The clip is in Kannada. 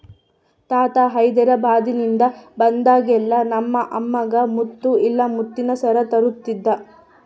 ತಾತ ಹೈದೆರಾಬಾದ್ನಿಂದ ಬಂದಾಗೆಲ್ಲ ನಮ್ಮ ಅಮ್ಮಗ ಮುತ್ತು ಇಲ್ಲ ಮುತ್ತಿನ ಸರ ತರುತ್ತಿದ್ದ